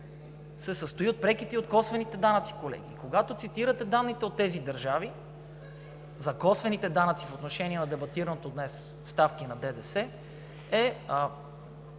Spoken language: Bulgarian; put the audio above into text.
се състои от преките и от косвените данъци, колеги. Когато цитирате данните от тези държави – за косвените данъци, по отношение на дебатираното днес – ставки на ДДС,